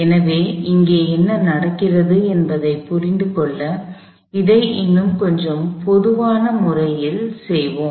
எனவே இங்கே என்ன நடக்கிறது என்பதைப் புரிந்துகொள்ள இதை இன்னும் கொஞ்சம் பொதுவான முறையில் செய்வோம்